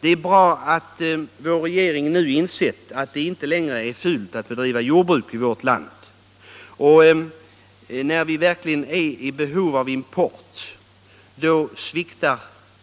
Det är bra att regeringen nu insett att det inte längre är fult att bedriva jordbruk i vårt iand. När vi verkligen är i behov av import, då sviktar